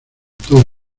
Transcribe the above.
todo